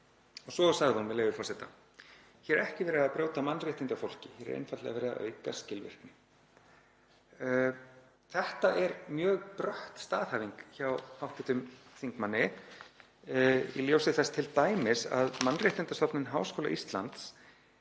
Svo sagði hún, með leyfi forseta: „Hér er ekki verið að brjóta mannréttindi á fólki, hér er einfaldlega verið að auka skilvirkni.“ Þetta er mjög brött staðhæfing hjá hv. þingmanni í ljósi þess t.d. að Mannréttindastofnun Háskóla Íslands